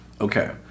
Okay